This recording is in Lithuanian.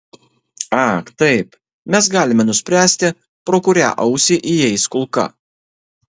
ak taip mes galime nuspręsti pro kurią ausį įeis kulka